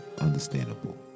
understandable